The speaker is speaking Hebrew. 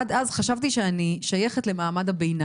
עד אז חשבתי שאני שייכת למעמד הביניים,